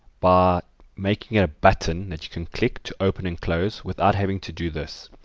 by making a button that you can click to open and close without having to do this.